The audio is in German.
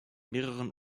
mehreren